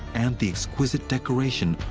and the exquisite decoration,